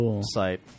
site